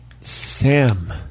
Sam